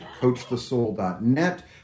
coachthesoul.net